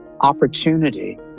opportunity